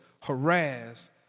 harass